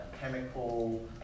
chemical